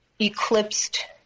eclipsed